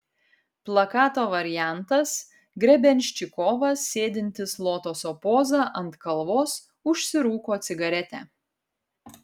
plakato variantas grebenščikovas sėdintis lotoso poza ant kalvos užsirūko cigaretę